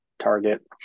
target